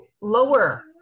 lower